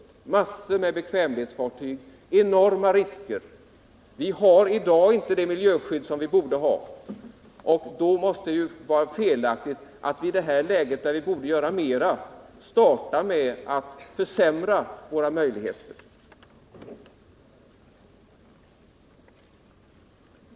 Där finns massor av bekvämlighetsfartyg och enorma risker. Vi har i dag inte det miljöskydd som vi borde ha. Då måste det vara felaktigt att i det här läget, där vi borde göra mera, starta med att försämra våra möjligheter.